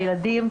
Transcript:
הילדים,